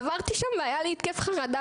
עברתי שם והיה לי התקף חרדה.